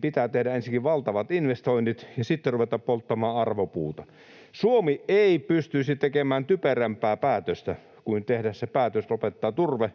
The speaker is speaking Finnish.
pitää tehdä ensinnäkin valtavat investoinnit ja sitten ruveta polttamaan arvopuuta. Suomi ei pystyisi tekemään typerämpää päätöstä kuin se päätös lopettaa turpeen